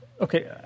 Okay